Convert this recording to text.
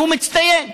הוא מצטיין,